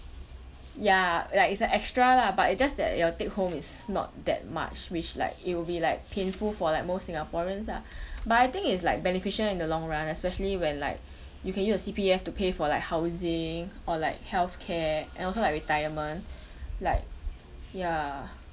ya like it's a extra lah but it just that your take home is not that much which like it will be like painful for like most singaporeans ah but I think is like beneficial in the long run especially when like you can use your C_P_F to pay for like housing or like health care and also like retirement like ya